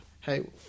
hey